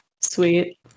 Sweet